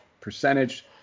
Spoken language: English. percentage